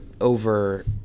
over